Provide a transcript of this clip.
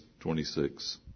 26